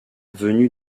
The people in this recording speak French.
venu